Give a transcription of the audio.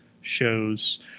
shows